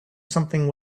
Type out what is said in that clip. something